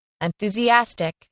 Enthusiastic